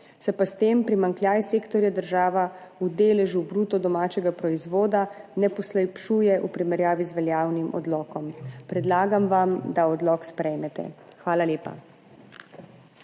Se pa s tem primanjkljaj sektorja država v deležu bruto domačega proizvoda ne poslabšuje v primerjavi z veljavnim odlokom. Predlagam vam, da odlok sprejmete. Hvala lepa.